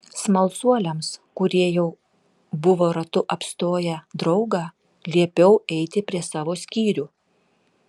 smalsuoliams kurie jau buvo ratu apstoję draugą liepiau eiti prie savo skyrių